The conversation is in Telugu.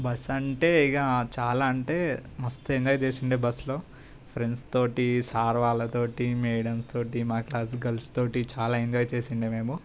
బస్సు అంటే ఇక చాలా అంటే మస్త్ ఎంజాయ్ చేసిండే బస్సులో ఫ్రెండ్స్ తోటి సార్ వాళ్ళతోటి మాడమ్స్ తోటి మా క్లాస్ గర్ల్స్ తోటి చాలా ఎంజాయ్ చేసిండే మేము